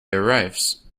arrives